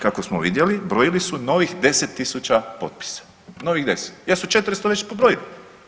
Kako smo vidjeli brojili su novih 10 000 potpisa, novih 10 jer su 400 već pobrojili.